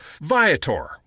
Viator